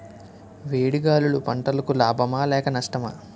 వేడి గాలులు పంటలకు లాభమా లేక నష్టమా?